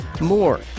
more